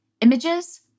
images